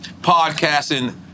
podcasting